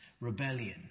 rebellion